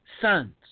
sons